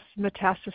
metastasis